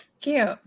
Cute